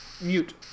mute